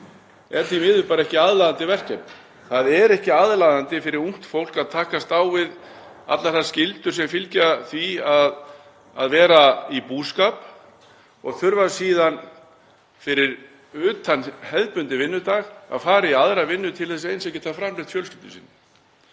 er því miður bara ekki aðlaðandi verkefni. Það er ekki aðlaðandi fyrir ungt fólk að takast á við allar þær skyldur sem fylgja því að vera í búskap og þurfa síðan fyrir utan hefðbundinn vinnudag að fara í aðra vinnu til þess eins að geta framfleytt fjölskyldu sinni.